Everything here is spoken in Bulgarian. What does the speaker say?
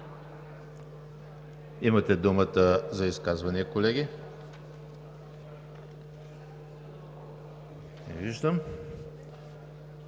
Имате думата за изказвания, колеги. Не виждам.